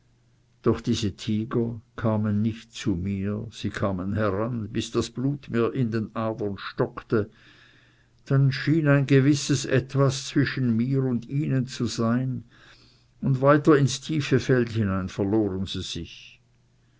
doch diese tiger kamen nicht zu mir sie kamen heran bis das blut mir in den adern stockte dann schien ein gewisses etwas zwischen mir und ihnen zu sein und weiter ins tiefe feld hinein verloren sie sich